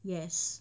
yes